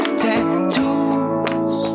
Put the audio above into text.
tattoos